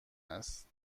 است